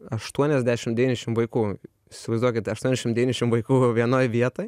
aštuoniasdešim devyniašim vaikų įsivaizduokit aštuoniašim devyniašim vaikų vienoj vietoj